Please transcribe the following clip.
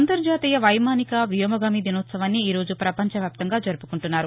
అంతర్జాతీయ వైమానిక వ్యోమగామి దినోత్సవాన్ని ఈరోజు పపంచ వ్యాప్తంగా జరుపుకుంటున్నారు